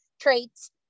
traits